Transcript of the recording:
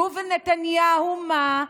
נו, ונתניהו מה?